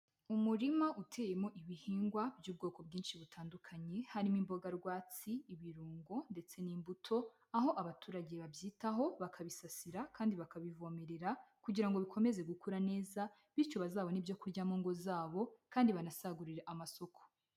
Umurima uteyemo ibihingwa by'ubwoko bwinshi butandukanye, harimo imboga rwatsi, ibirungo ndetse n'imbuto, aho abaturage babyitaho bakabisasira kandi bakabivomerera kugira ngo bikomeze gukura neza bityo bazabone ibyo kurya mu ngo zabo kandi banasagurire amasoko.